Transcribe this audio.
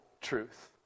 truth